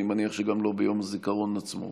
ואני מניח שגם לא ביום הזיכרון עצמו.